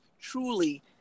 truly